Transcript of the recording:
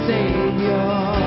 Savior